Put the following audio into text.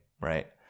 Right